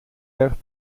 erg